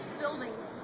buildings